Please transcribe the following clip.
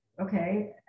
okay